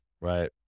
Right